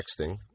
texting